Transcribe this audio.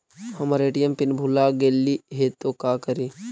हमर ATM PIN भूला गेली हे, तो का करि?